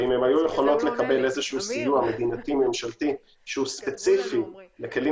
ואם הן היו יכולות לקבל סיוע מדינתי ממשלתי שהוא ספציפי לכלים